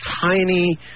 tiny